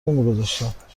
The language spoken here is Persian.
نمیگذاشتند